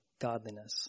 godliness